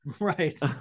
right